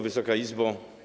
Wysoka Izbo!